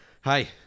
hi